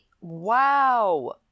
wow